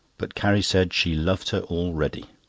but carrie said she loved her already.